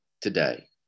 today